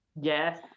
Yes